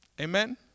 Amen